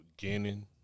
beginning